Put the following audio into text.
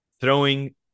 throwing